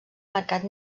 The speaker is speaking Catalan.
mercat